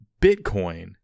Bitcoin